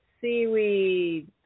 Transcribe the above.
Seaweed